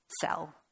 sell